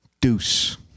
Deuce